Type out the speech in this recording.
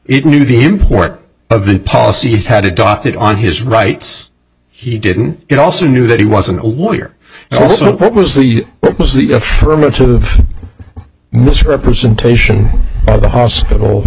it knew the import of the policy it had adopted on his rights he didn't it also knew that he wasn't a warrior and also what was the what was the affirmative misrepresentation of the hospital